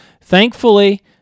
thankfully